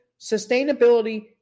sustainability